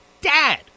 Dad